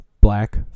Black